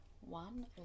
one